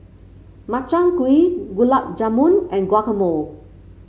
Makchang Gui Gulab Jamun and Guacamole